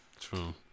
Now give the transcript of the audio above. True